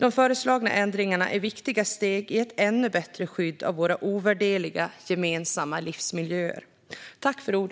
De föreslagna ändringarna är viktiga steg i ett ännu bättre skydd av våra ovärderliga gemensamma livsmiljöer.